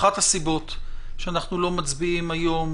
אחת הסיבות שאנחנו לא מצביעים היום,